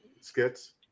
skits